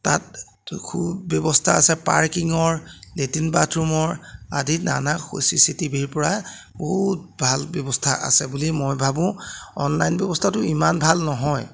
তাত সু ব্যৱস্থা আছে পাৰ্কিঙৰ লেট্ৰিন বাথৰুমৰ আদি নানা চিচি টিভিৰ পৰা বহুত ভাল ব্যৱস্থা আছে বুলি মই ভাবোঁ অনলাইন ব্যৱস্থাটো ইমান ভাল নহয়